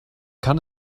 kann